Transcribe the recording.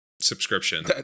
subscription